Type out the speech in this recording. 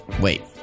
Wait